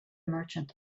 merchant